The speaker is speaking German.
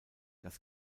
das